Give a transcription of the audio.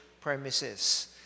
premises